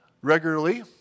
regularly